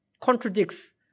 contradicts